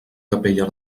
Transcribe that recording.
capella